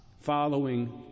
following